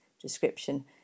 description